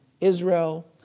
Israel